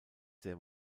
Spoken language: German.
sehr